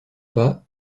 pas